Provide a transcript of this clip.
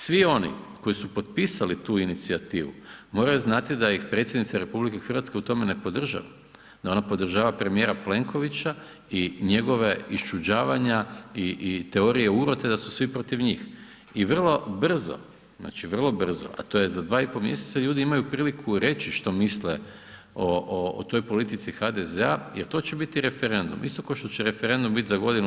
Svi oni koji su potpisali tu inicijativu, moraju znati da ih Predsjednica RH u tome ne podržava, da ona podržava premijera Plenkovića i njegova iščuđavanja i teorije urote da su svi protiv njih i vrlo brzo, znači vrlo brzo a to je za 2,5 mj. ljudi imaju priliku reći što misle o toj politici HDZ-a jer to će biti referendum, isto kao što će referendum biti za god.